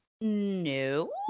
no